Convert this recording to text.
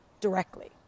directly